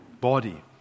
body